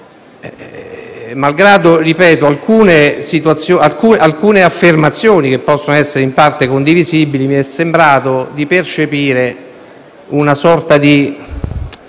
Al di là di alcune affermazioni, che possono essere in parte condivisibili, mi è sembrato di percepire una sorta di